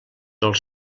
els